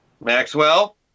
Maxwell